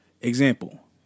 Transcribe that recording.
example